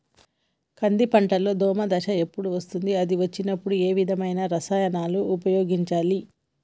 కంది పంటలో దోమ దశ ఎప్పుడు వస్తుంది అది వచ్చినప్పుడు ఏ విధమైన రసాయనాలు ఉపయోగించాలి?